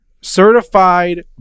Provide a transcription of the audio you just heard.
Certified